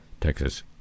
Texas